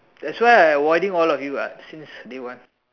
that's why I avoiding all of you what since day one